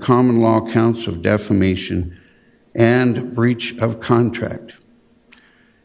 common law counts of defamation and breach of contract